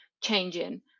changing